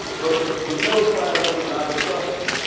but the the middle class would not have suffered,